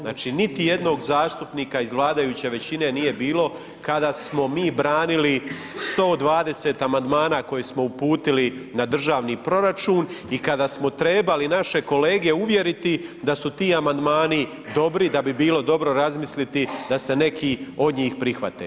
Znači niti jednog zastupnika iz vladajuće većine nije bilo kada smo mi branili 120 amandmana koje smo uputili na državni proračun i kada smo trebali naše kolege uvjeriti da su ti amandmani dobri, da bi bilo dobro razmisliti da se neki od njih prihvate.